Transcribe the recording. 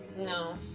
no,